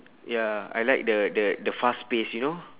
ya I like the the the fast pace you know